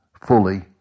fully